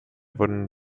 wurden